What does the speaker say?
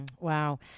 Wow